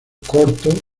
corto